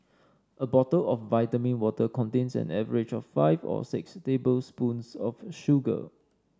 a bottle of vitamin water contains an average of five or six tablespoons of sugar